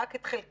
רק את חלקה,